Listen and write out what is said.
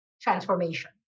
transformation